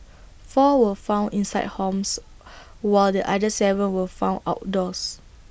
four were found inside homes while the other Seven were found outdoors